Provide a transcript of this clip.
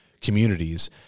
communities